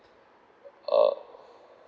uh